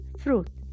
fruit